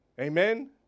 Amen